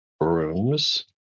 rooms